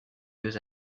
deux